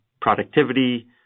productivity